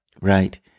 right